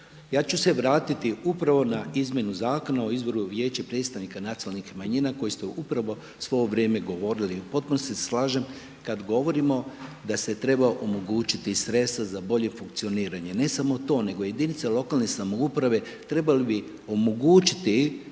Ja ču se vratiti upravo na izmjenu Zakona o izboru vijeća i predstavnika nacionalnih manjina koji ste upravo svo ovo vrijeme govorili, potpuno se slažem kad govorimo da se trebalo omogućiti sredstva za bolje funkcioniranje, ne samo to nego jedinice lokalne samouprave trebale bi omogućiti